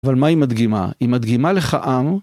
אבל מה היא מדגימה? היא מדגימה לך עם...